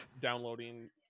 downloading